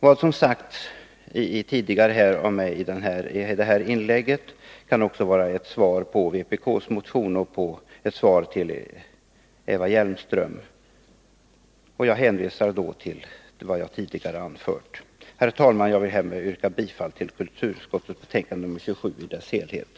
På detta vill jag svara med att hänvisa till vad jag tidigare anfört. Fru talman! Jag vill härmed yrka bifall till kulturutskottets hemställan i betänkande nr 27.